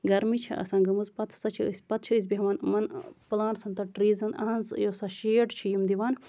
گرمی چھِ آسان گٔمٕژ پَتہٕ ہسا چھِ أسۍ پَتہٕ چھِ أسۍ بیہوان یِمَن پٔلانٹٔسَن تہٕ ٹریٖزَن یِہنز یۄس سۄ شیڈ چھِ یِم دِوان